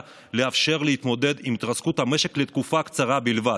לאפשר להתמודד עם התרסקות המשק לתקופה קצרה בלבד,